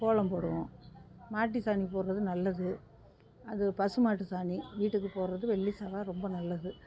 கோலம் போடுவோம் மாட்டுச் சாணி போடுறது நல்லது அது பசு மாட்டுச்சாணி வீட்டுக்கு போடுறது வெள்ளி செவ்வாய் ரொம்ப நல்லது